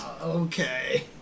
okay